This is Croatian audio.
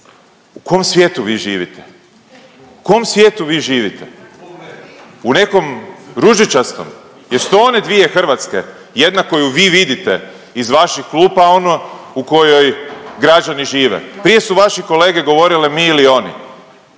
u kom svijetu vi živite? U nekom ružičastom? Jesu to one dvije Hrvatske, jedna koju vi vidite iz vaših klupa, a ono u kojoj građani žive? Prije su vaši kolege govorili mi ili oni,